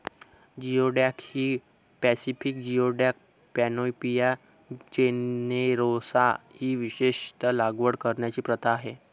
geoduck ही Pacific geoduck, Panopea generosa ही विशेषत लागवड करण्याची प्रथा आहे